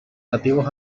nativos